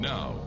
Now